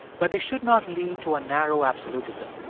but they should not lead to a narrow absolutism.